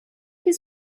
his